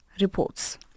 reports